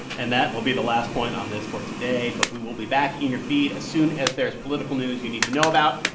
and that will be the last point on this for today. but we will be back in your feed as soon as there is political news you need to know about.